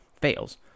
fails